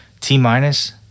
T-minus